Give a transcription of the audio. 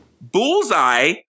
Bullseye